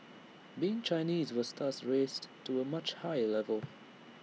being Chinese was thus raised to A much higher level